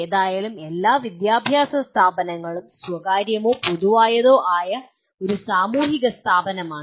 എന്തായാലും എല്ലാ വിദ്യാഭ്യാസ സ്ഥാപനങ്ങളും സ്വകാര്യമോ പൊതുവായതോ ആയ ഒരു സാമൂഹിക സ്ഥാപനമാണ്